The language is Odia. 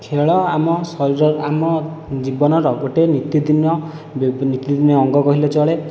ଖେଳ ଆମ ଶରୀର ଆମ ଜୀବନର ଗୋଟିଏ ନୀତିଦିନ ନିତିଦିନିଆ ଅଙ୍ଗ କହିଲେ ଚଳେ